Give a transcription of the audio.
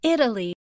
Italy